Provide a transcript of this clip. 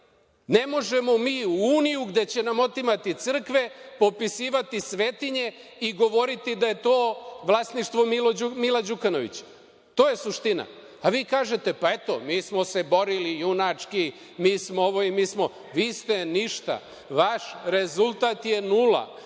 Ne možemo mi u uniju gde će nam otimati crkve, popisivati svetinje i govoriti da je to vlasništvo Mila Đukanovića. To je suština. Vi, kažete, pa, eto, mi smo se borili, junački, mi smo ovo, i mi smo ono. Vi ste ništa. Vaš rezultat je nula.